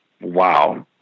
wow